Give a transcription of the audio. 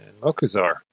Mokuzar